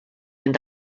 and